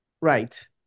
right